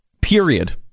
period